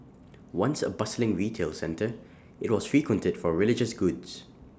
once A bustling retail centre IT was frequented for religious goods